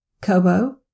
Kobo